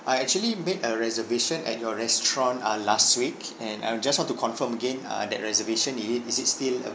I actually made a reservation at your restaurant uh last week and I just want to confirm again uh that reservation is it is it still